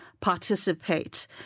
participate